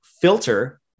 filter